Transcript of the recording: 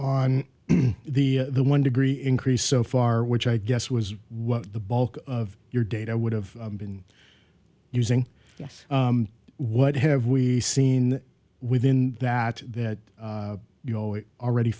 on the the one degree increase so far which i guess was what the bulk of your data would have been using yes what have we seen within that that you know it already